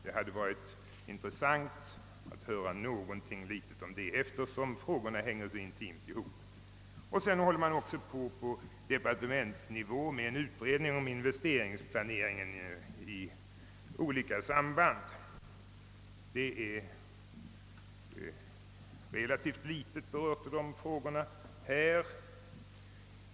Det hade varit intressant att höra något också om den saken, eftersom frågorna hänger så intimt samman. En utredning om investeringsplaneringen i olika sammanhang pågår även på departementsnivå. De båda sistnämnda frågorna berörs emellertid endast i mindre utsträckning i inrikesministerns svar.